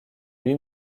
lui